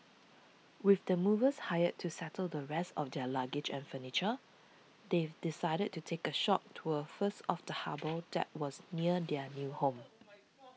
with the movers hired to settle the rest of their luggage and furniture they decided to take a short tour first of the harbour that was near their new home